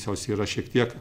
jos yra šiek tiek